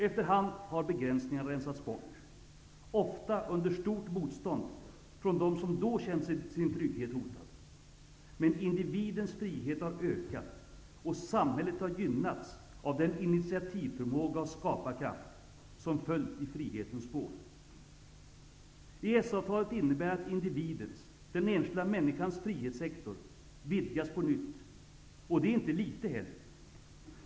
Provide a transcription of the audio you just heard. Efter hand har begränsningarna rensats bort -- ofta under stort motstånd från dem som då känt sin trygghet hotad. Men individens frihet har ökat, och samhället har gynnats av den initiativförmåga och skaparkraft som följt i frihetens spår. EES-avtalet innebär att individens -- den enskilda människans -- frihetssektor vidgas på nytt. Och det inte litet heller!